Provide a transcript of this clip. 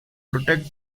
protect